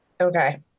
Okay